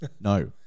No